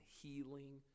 healing